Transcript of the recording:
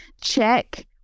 Check